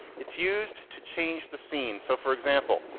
it's used to change the scene. so for example,